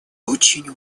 очень